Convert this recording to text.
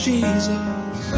Jesus